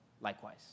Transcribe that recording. likewise